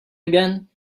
again